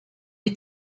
est